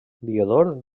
diodor